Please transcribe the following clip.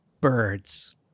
birds